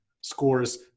scores